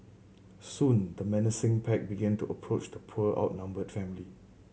soon the menacing pack began to approach the poor outnumbered family